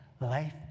life